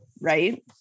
right